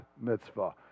mitzvah